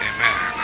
Amen